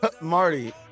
Marty